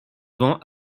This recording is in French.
vend